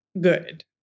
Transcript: good